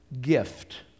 gift